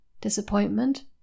disappointment